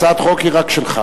הצעת החוק היא רק שלך.